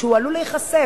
שהוא עלול להיחשף.